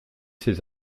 ses